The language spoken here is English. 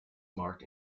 mark